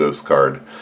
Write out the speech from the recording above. card